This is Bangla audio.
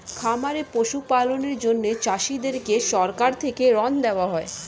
খামারে পশু পালনের জন্য চাষীদেরকে সরকার থেকে ঋণ দেওয়া হয়